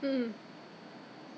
!huh! 不懂 uh